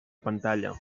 pantalla